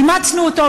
אימצנו אותו,